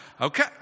okay